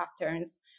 patterns